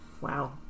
wow